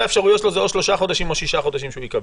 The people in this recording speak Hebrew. שתי האפשרויות שלו זה או שלושה חודשים או שישה חודשים שהוא יקבל.